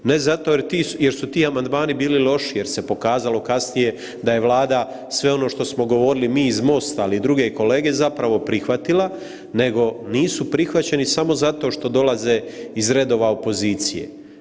Ne zato jer su ti amandmani bili loši jer se pokazalo kasnije da je Vlada sve ono što smo govorili mi iz MOST-a ali i druge kolege zapravo prihvatila, nego nisu prihvaćeni samo zato što dolaze iz redova opozicije.